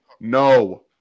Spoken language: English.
No